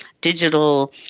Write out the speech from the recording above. digital